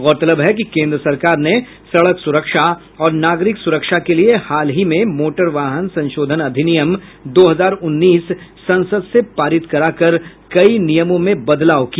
गौरतलब है कि केन्द्र सरकार ने सड़क सुरक्षा और नागरिक सुरक्षा के लिए हालहि मे मोटर वाहन संशोधन अधिनियम दो हजार उन्नीस संसद से पारित करा कर कई नियमों में बदलाव किया